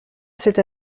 cette